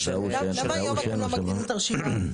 למה היום אתם לא מגדילים את הרשימה?